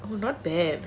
oh not bad